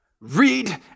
read